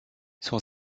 son